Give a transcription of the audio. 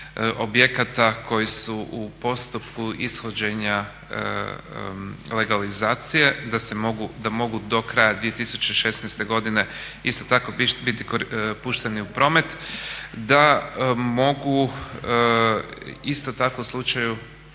objekata koji su u postupku ishođenja legalizacije, da mogu do kraja 2016.godine isto tako biti pušteni u promet, da mogu isto tako u slučaju